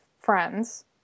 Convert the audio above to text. friends